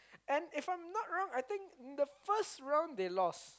and if I'm not wrong the first round they lost